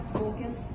focus